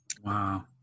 Wow